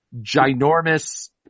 ginormous